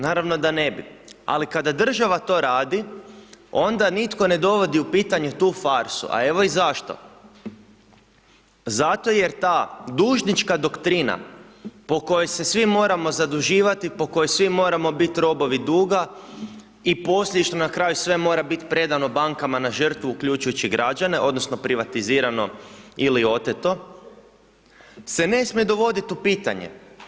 Naravno da ne bi, ali kada država to radi onda nitko ne dovodi u pitanje tu farsu, a evo i zašto, zato jer ta dužnička doktrina po kojoj se svim moramo zaduživati po kojoj svi moramo biti robovi duga i posljedično na kraju sve mora biti predano bankama na žrtvu uključujući građane, odnosno privatizirano ili oteto, se ne smije dovoditi u pitanje.